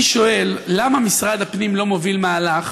אני שואל למה משרד הפנים לא מוביל מהלך